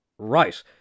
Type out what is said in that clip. Right